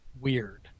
weird